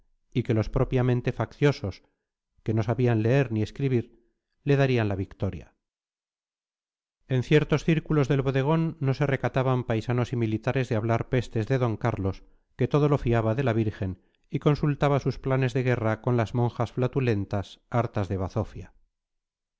y que los propiamente facciosos que no sabían leer ni escribir le darían la victoria en ciertos círculos del bodegón no se recataban paisanos y militares de hablar pestes de d carlos que todo lo fiaba de la virgen y consultaba sus planes de guerra con las monjas flatulentas hartas de bazofia